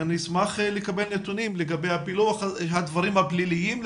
אני אשמח לקבל נתונים לגבי הפילוח למקרים הפליליים,